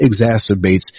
exacerbates